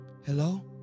Hello